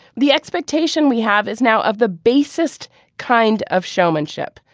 the expectation we have is now of the basest kind of showmanship.